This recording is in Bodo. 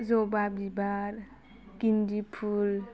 जबा बिबार गेन्दि फुल